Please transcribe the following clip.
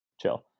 Chill